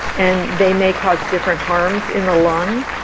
and they may cause different harms in the lung.